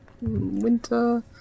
winter